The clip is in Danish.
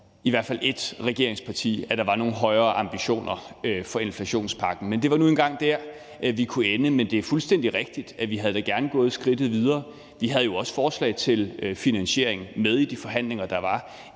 i hvert fald ét regeringsparti, at der var nogle højere ambitioner for inflationspakken, men det var nu engang der, vi kunne ende. Men det er fuldstændig rigtigt, at vi gerne havde gået skridtet videre. Vi havde jo også forslag til finansiering med i de forhandlinger, der var.